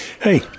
Hey